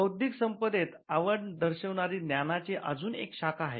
बौद्धिक संपदेत आवड दर्शविणारी ज्ञानाची आजून एक शाखा आहे